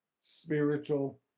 spiritual